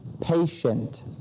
patient